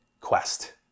quest